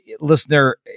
listener